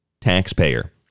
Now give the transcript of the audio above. taxpayer